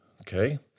okay